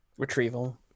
Retrieval